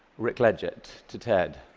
rick ledgett, to ted.